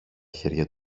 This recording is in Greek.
χέρια